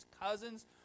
cousins